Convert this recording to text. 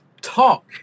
talk